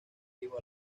vivo